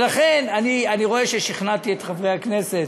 אני רואה ששכנעתי את חברי הכנסת,